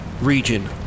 region